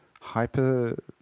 hyper